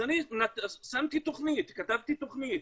אז כתבתי תוכנית,